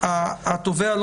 בנוסח שהובא לדיון הקודם,